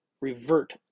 revert